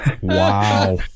Wow